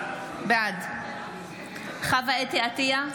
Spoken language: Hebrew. בעד חוה אתי עטייה,